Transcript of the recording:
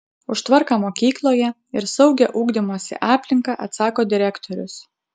už tvarką mokykloje ir saugią ugdymosi aplinką atsako direktorius